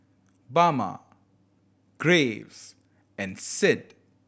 Bama Graves and Sid